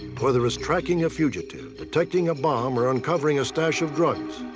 whether it's tracking a fugitive, detecting a bomb, or uncovering a stash of drugs.